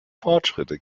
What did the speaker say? fortschritte